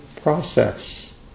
process